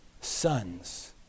sons